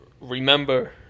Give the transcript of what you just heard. Remember